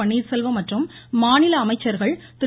பன்னீர்செல்வம் மற்றும் மாநில அமைச்சர்கள் திரு